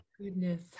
Goodness